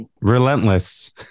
relentless